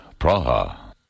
Praha